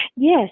Yes